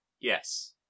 Yes